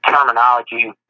terminology